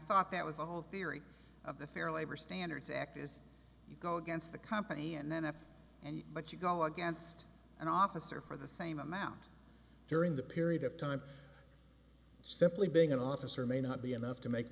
thought that was all theory of the fair labor standards act is you go against the company and then if and but you go against an officer for the same amount during the period of time simply being an officer may not be enough to make